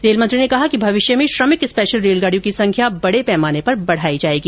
rail मंत्री ने कहा कि भविष्य में श्रमिक स्पेशल रेलगाडियों की संख्या बडे पैमाने पर बढाई जायेंगी